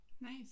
Nice